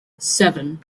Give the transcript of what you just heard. seven